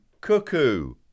cuckoo